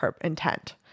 intent